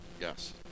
Yes